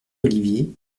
olivier